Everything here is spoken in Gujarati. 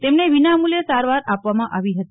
તેમને વિનામ્રલ્યે સારવાર આપવામાં આવી હતી